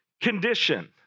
condition